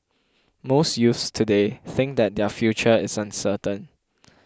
most youths today think that their future is uncertain